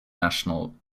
national